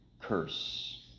curse